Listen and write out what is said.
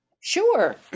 Sure